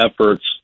efforts